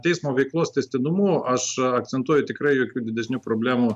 teismų veiklos tęstinumu aš akcentuoja tikrai jokių didesnių problemų